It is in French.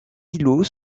îlots